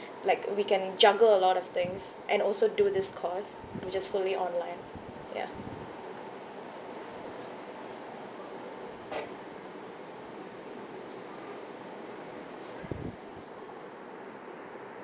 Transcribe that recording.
like we can juggle a lot of things and also do this course which is fully online ya